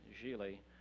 Gili